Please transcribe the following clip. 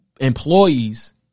employees